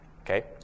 Okay